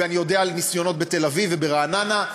ואני יודע על ניסיונות בתל-אביב וברעננה,